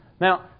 Now